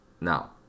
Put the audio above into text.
Now